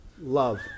love